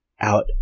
out